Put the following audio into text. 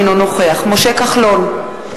אינו נוכח משה כחלון,